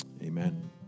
Amen